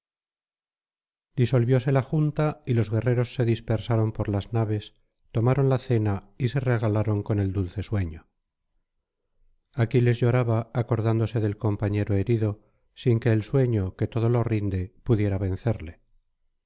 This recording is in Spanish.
disolvióse la junta y los guerreros se dispersaron por las naves tomaron la cena y se regalaron con el dulce sueño aquiles lloraba acordándose del compañero querido sin que el sueño que todo lo rinde pudiera vencerle